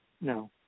No